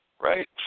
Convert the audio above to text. right